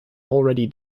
already